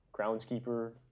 groundskeeper